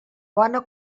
bona